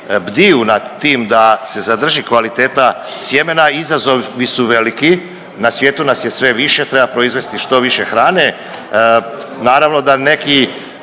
bdiju nad tim da se zadrži kvaliteta sjemena. Izazovi su veliki, na svijetu nas je sve više treba proizvesti što više hrane. Naravno da neki